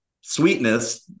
Sweetness